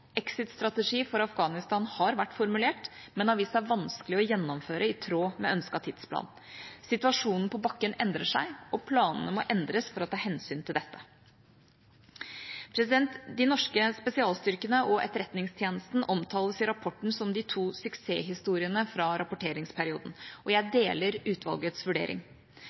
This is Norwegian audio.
for Afghanistan har vært formulert, men har vist seg vanskelig å gjennomføre i tråd med ønsket tidsplan. Situasjonen på bakken endrer seg, og planene må endres for å ta hensyn til dette. De norske spesialstyrkene og Etterretningstjenesten omtales i rapporten som de to suksesshistoriene fra rapporteringsperioden, og jeg deler utvalgets vurdering.